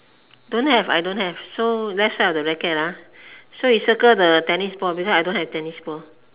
don't have I don't have so left side of the racket so you circle the tennis ball because I don't have tennis ball